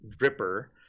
Ripper